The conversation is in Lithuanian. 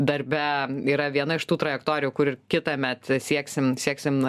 darbe yra viena iš tų trajektorijų kur ir kitąmet sieksim sieksim